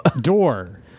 door